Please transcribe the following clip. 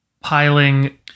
piling